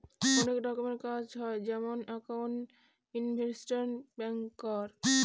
অনেক রকমের কাজ হয় যেমন একাউন্ট, ইনভেস্টর, ব্যাঙ্কার